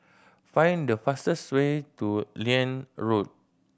find the fastest way to Liane Road